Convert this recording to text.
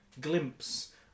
glimpse